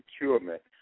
procurement